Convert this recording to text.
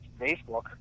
Facebook